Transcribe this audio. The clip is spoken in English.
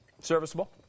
serviceable